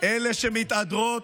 אלה שמתהדרות,